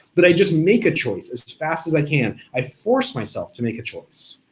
but i just make a choice as fast as i can. i force myself to make a choice.